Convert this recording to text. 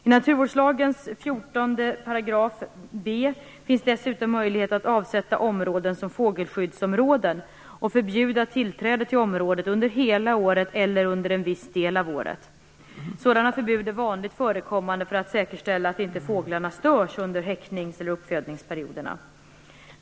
I naturvårdslagens 14 b § finns dessutom möjlighet att avsätta områden som fågelskyddsområden och förbjuda tillträde till området under hela året eller under en viss del av året. Sådana förbud är vanligt förekommande för att säkerställa att inte fåglarna störs under häcknings eller uppfödningsperioderna.